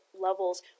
levels